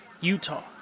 Utah